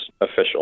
official